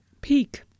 peak